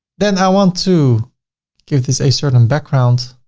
then i want to give this a certain background.